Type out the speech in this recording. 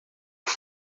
por